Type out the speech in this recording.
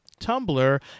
Tumblr